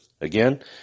Again